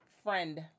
Friend